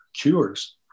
cures